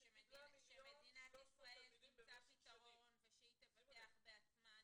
-- שמדינת ישראל תמצא פתרון ושהיא תבטח בעצמה.